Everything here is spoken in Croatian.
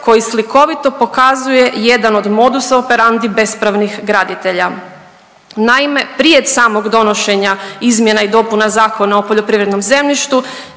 koji slikovito pokazuje jedan od modusa operandi bespravnih graditelja. Naime, prije samog donošenja izmjena i dopuna Zakona o poljoprivrednom zemljištu,